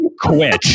quit